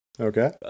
Okay